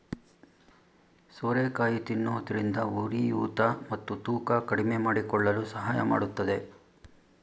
ಸೋರೆಕಾಯಿ ತಿನ್ನೋದ್ರಿಂದ ಉರಿಯೂತ ಮತ್ತು ತೂಕ ಕಡಿಮೆಮಾಡಿಕೊಳ್ಳಲು ಸಹಾಯ ಮಾಡತ್ತದೆ